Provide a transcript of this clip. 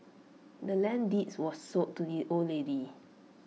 the land's deeds was sold to the old lady